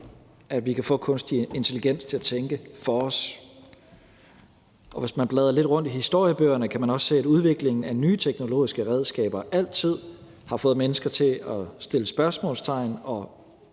at vi kan få kunstig intelligens til at tænke for os. Og hvis man bladrer lidt i historiebøgerne, kan man også se, at udviklingen af nye teknologiske redskaber altid har fået mennesker til at sætte spørgsmålstegn og